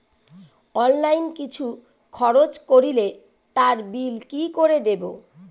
Online কিছু খরচ করলে তার বিল কি করে দেবো?